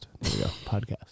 Podcast